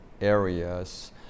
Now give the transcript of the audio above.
areas